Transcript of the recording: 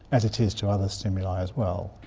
as it is to other stimuli as well.